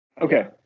Okay